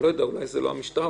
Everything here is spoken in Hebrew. אולי זה לא המשטרה,